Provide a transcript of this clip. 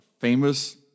famous